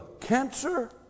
cancer